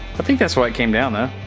i think that's why it came down though.